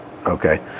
Okay